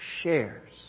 shares